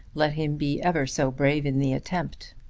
let him be ever so brave in the attempt.